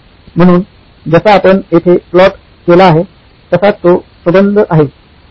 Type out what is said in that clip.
म्हणून जसा आपण येथे प्लॉट केला आहे तसाच तो संबंध आहे